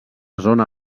zona